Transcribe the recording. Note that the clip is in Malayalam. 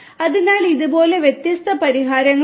അതിനാൽ ഇതുപോലുള്ള വ്യത്യസ്ത പരിഹാരങ്ങളുണ്ട്